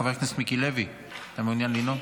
חבר הכנסת מיקי לוי, אתה מעוניין לנאום?